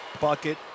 Bucket